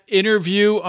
interview